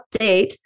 update